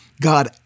God